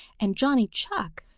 and johnny chuck,